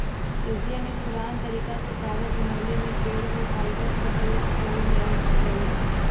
Asia में पुरान तरीका से कागज बनवले में पेड़ क फाइबर क उपयोग कइल जात रहे